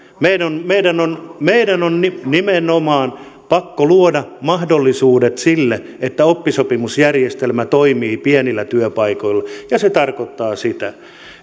meidän on meidän on nimenomaan pakko luoda mahdollisuudet sille että oppisopimusjärjestelmä toimii pienillä työpaikoilla ja se tarkoittaa sitä